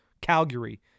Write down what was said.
Calgary